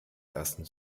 ersten